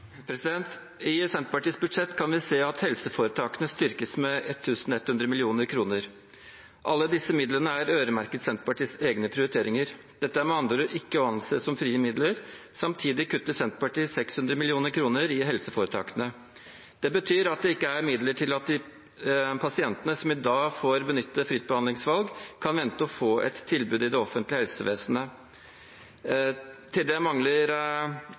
vi se at helseforetakene styrkes med 1 100 mill. kr. Alle disse midlene er øremerket Senterpartiets egne prioriteringer. Dette er med andre ord ikke å anse som frie midler. Samtidig kutter Senterpartiet 600 mill. kr i helseforetakene. Det betyr at det ikke er midler til at de pasientene som i dag får benytte fritt behandlingsvalg, kan vente å få et tilbud i det offentlige helsevesenet. Til det mangler